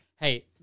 hey